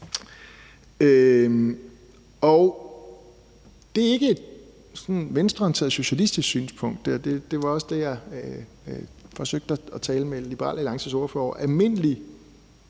Det er ikke et venstreorienteret, socialistisk synspunkt, og det var også det, jeg forsøgte at tale med Liberal Alliances ordfører om. Almindelig,